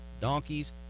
donkeys